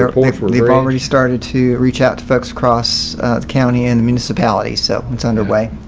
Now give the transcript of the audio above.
they're already started to reach out to folks cross county and municipality, so it's underway.